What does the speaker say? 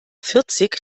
vierzig